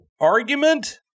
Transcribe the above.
argument